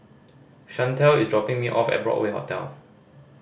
Shantel is dropping me off at Broadway Hotel